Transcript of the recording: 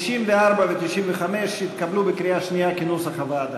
94 ו-95 התקבלו בקריאה שנייה כנוסח הוועדה.